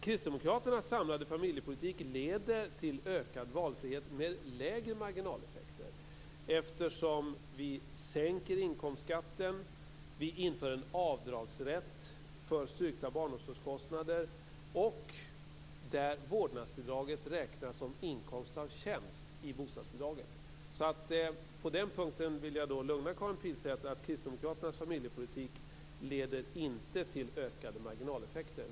Kristdemokraternas samlade familjepolitik leder till ökad valfrihet med minskade marginaleffekter, eftersom vi sänker inkomstskatten och inför en avdragsrätt för styrkta barnomsorgskostnader där vårdnadsbidraget räknas som inkomst av tjänst i bostadsbidraget. På den punkten vill jag lugna Karin Pilsäter genom att säga att Kristdemokraternas familjepolitik inte leder till ökade marginaleffekter.